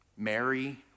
Mary